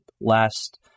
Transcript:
last